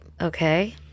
Okay